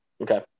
Okay